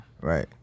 Right